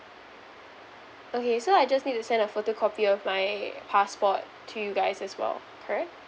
okay so I just need to send a photocopy of my passport to you guys as well correct